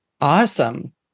Awesome